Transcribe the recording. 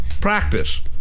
practice